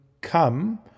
come